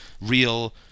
real